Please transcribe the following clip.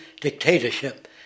dictatorship